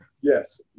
Yes